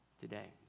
today